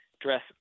dress